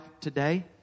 today